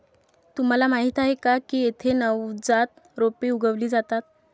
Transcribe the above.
तुम्हाला माहीत आहे का की येथे नवजात रोपे उगवली जातात